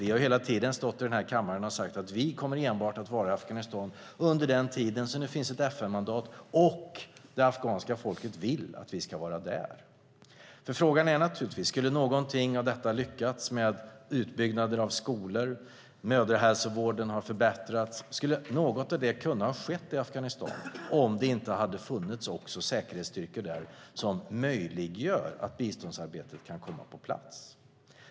Vi har hela tiden stått i den här kammaren och sagt att vi bara kommer att vara i Afghanistan under den tid det finns ett FN-mandat och det afghanska folket vill att vi ska vara där. Frågan är naturligtvis om någonting av detta skulle ha lyckats. Skulle utbyggnaden av skolor och mödrahälsovården ha kunnat ske i Afghanistan om det inte hade funnits säkerhetsstyrkor där som möjliggör att biståndsarbetet kommer på plats?